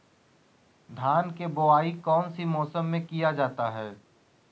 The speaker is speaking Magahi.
धान के बोआई कौन सी मौसम में किया जाता है?